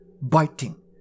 biting